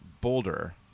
Boulder